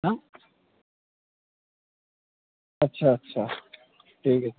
हाँ अच्छा अच्छा ठीक है सर